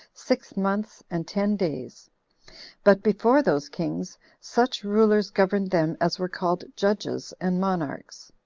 six months, and ten days but before those kings, such rulers governed them as were called judges and monarchs.